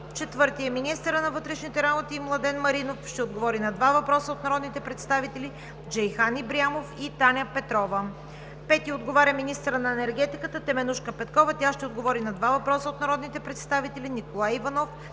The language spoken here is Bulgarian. Четвърти е министърът на вътрешните работи Младен Маринов. Той ще отговори на два въпроса от народните представители Джейхан Ибрямов и Таня Петрова. Пети отговаря министърът на енергетиката Теменужка Петкова. Тя ще отговори на два въпроса от народните представители Николай Иванов;